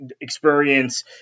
experience